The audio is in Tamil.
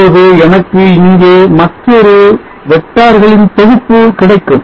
இப்போது எனக்கு இங்கே மற்றொரு வெக்டார்களின் தொகுப்பு கிடைக்கும்